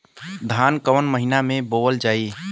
धान कवन महिना में बोवल जाई?